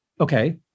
Okay